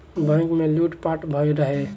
bank में लूट पाट भईल रहे